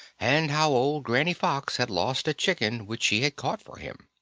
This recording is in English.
and how old granny fox had lost a chicken which she had caught for him.